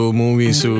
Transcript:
movies